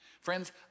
Friends